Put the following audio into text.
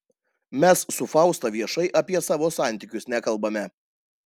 mes su fausta viešai apie savo santykius nekalbame